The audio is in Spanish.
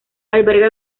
alberga